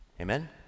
Amen